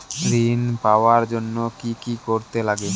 ঋণ পাওয়ার জন্য কি কি করতে লাগে?